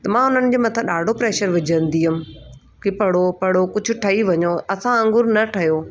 त मां उन्हनि जे मथां ॾाढो प्रेशर विझंदी हुमि की पढ़ो पढ़ो कुझु ठही वञो असां वांगुरु न ठहियो